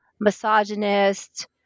misogynist